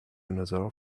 another